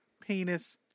penis